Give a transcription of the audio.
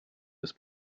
das